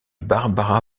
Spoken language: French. barbara